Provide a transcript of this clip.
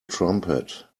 trumpet